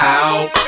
out